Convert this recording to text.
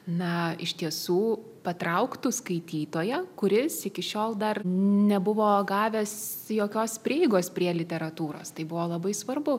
na iš tiesų patrauktų skaitytoją kuris iki šiol dar nebuvo gavęs jokios prieigos prie literatūros tai buvo labai svarbu